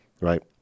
right